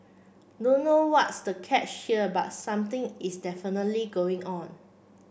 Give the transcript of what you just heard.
don't know what's the catch but something is going on